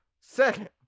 Second